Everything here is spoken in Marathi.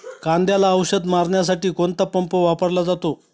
कांद्याला औषध मारण्यासाठी कोणता पंप वापरला जातो?